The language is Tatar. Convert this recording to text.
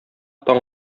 таң